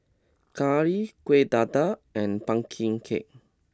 Curry Kueh Dadar and Pumpkin Cake